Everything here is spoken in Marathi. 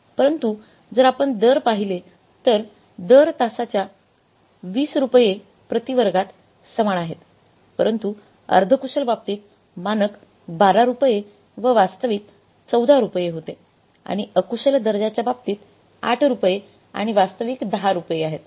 परंतु जर आपण दर पाहिले तर दर तासाच्या 20 रुपये प्रति वर्गात समान आहेत परंतु अर्ध कुशल बाबतीत मानक 12 रुपये व वास्तविक 14 रुपये होते आणि अकुशल दर्जाच्या बाबतीत 8 रुपये आणि वास्तविक 10 रुपये आहेत